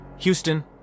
Houston